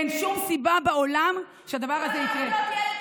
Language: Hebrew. אין שום סיבה בעולם שהדבר הזה יקרה.